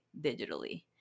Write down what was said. digitally